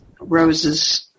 Rose's